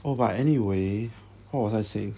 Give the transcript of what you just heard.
oh but anyway what was I saying